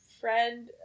friend